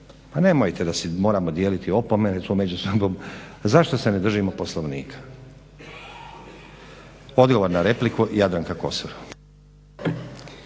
pa nemojte da moramo dijeliti opomene tu među sobom. Zašto se ne držimo Poslovnika? Odgovor na repliku, Jadranka Kosor.